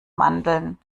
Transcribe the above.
mandeln